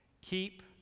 Keep